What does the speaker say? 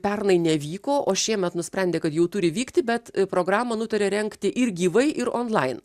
pernai nevyko o šiemet nusprendė kad jau turi vykti bet programą nutarė rengti ir gyvai ir onlain